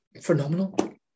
phenomenal